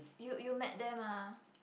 you you met them ah